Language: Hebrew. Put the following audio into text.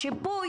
שיפוי,